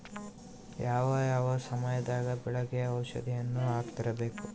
ಯಾವ ಯಾವ ಸಮಯದಾಗ ಬೆಳೆಗೆ ಔಷಧಿಯನ್ನು ಹಾಕ್ತಿರಬೇಕು?